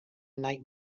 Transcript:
night